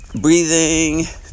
breathing